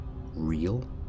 real